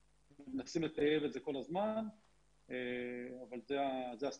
ומנסים לתעל את זה כול הזמן אבל זה הסטטוס.